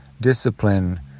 discipline